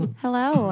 Hello